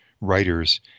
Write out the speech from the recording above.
writers